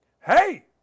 hey